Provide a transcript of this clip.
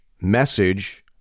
message